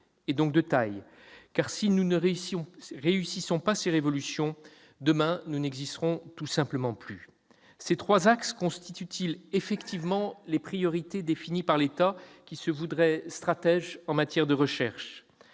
est de taille, car si nous ne réussissons pas ces révolutions, demain, nous n'existerons tout simplement plus. Ces trois axes constituent-ils effectivement les priorités définies par l'État qui se voudrait stratège en matière de recherche ?